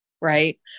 Right